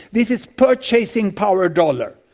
this is purchasing power dollar,